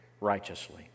righteously